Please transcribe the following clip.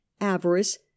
avarice